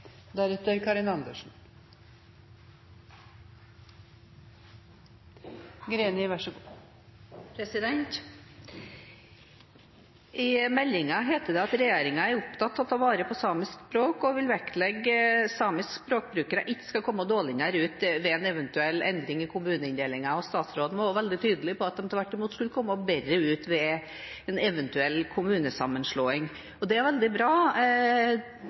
opptatt av å ta vare på samisk språk og vil vektlegge at samiske språkbrukere ikke skal komme dårligere ut ved en eventuell endring i kommuneinndelingen. Statsråden var veldig tydelig på at de tvert imot skulle komme bedre ut ved en eventuell kommunesammenslåing. Det er veldig bra,